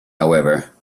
however